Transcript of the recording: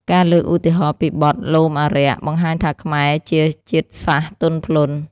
ការលើកឧទាហរណ៍ពីបទ លោមអារក្ស បង្ហាញថាខ្មែរជាជាតិសាសន៍ទន់ភ្លន់។